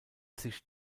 sich